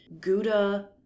Gouda